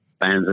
fans